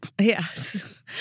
Yes